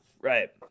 right